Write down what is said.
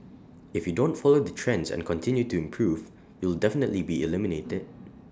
if you don't follow the trends and continue to improve you'll definitely be eliminated